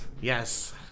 Yes